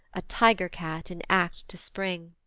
a tiger-cat in act to spring.